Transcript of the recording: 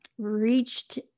Reached